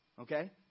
Okay